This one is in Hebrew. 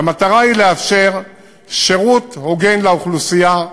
והמטרה היא לאפשר שירות הוגן לאוכלוסייה,